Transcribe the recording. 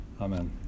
Amen